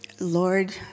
Lord